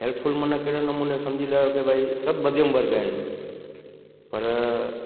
helpful माना कहिड़े नमूने सम्झी लाहियो की भई सभु मध्यम वर्ग आहिनि पर